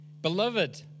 Beloved